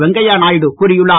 வெங்கையா நாயுடு கூறியுள்ளார்